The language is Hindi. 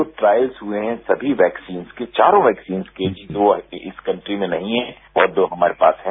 जो ट्रायल्स हुए है सभी वैक्सीन की चारों वैक्सीन की जो अमी इस कंट्री में नहीं है और जो हमारे पास है